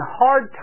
hard